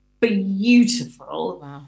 beautiful